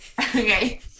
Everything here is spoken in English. okay